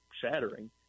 shattering